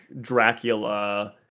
dracula